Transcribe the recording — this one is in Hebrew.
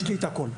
יש לי את הכול.